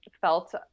felt